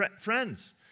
friends